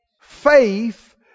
Faith